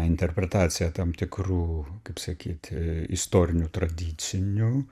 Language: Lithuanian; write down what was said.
interpretacija tam tikrų kaip sakyt istorinių tradicinių